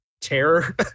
terror